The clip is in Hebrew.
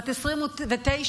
בת 29,